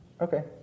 Okay